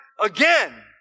again